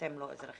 אתם לא אזרחים.